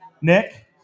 Nick